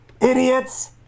Idiots